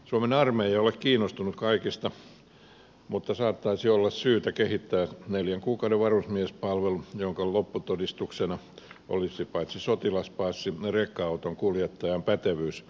suomen armeija ei ole kiinnostunut kaikista mutta saattaisi olla syytä kehittää neljän kuukauden varusmiespalvelu jonka lopputodistuksena olisi paitsi sotilaspassi myös rekka auton kuljettajan pätevyys